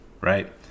right